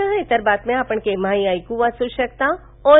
ह इतर बातम्या आपण केव्हाही वाच्ऐकू शकता ऑल